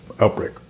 outbreak